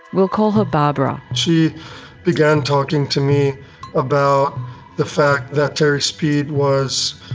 we'll call her barbara. she began talking to me about the fact that terry speed was,